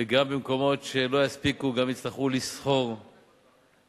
וגם במקומות שלא יספיקו, גם יצטרכו לשכור מבנים,